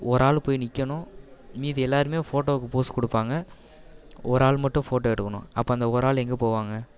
ஒரு ஆள் போய் நிற்கணும் மீதி எல்லாேருமே ஃபோட்டோவுக்கு போஸ் கொடுப்பாங்க ஒரு ஆள் மட்டும் ஃபோட்டோ எடுக்கணும் அப்போ அந்த ஒரு ஆள் எங்கே போவாங்க